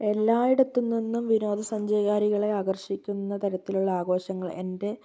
എല്ലായിടത്തും ഇന്ന് വിനോദസഞ്ചാരികളെ ആകർഷിക്കുന്ന തരത്തിലുള്ള ആഘോഷങ്ങള് എൻ്റെ